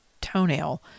toenail